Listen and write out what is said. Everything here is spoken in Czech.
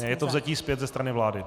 Je to vzetí zpět ze strany vlády.